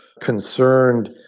concerned